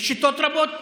יש שיטות רבות,